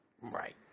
Right